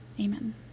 Amen